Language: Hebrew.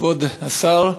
כבוד השר,